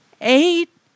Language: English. eight